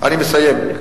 אני מסיים.